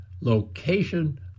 location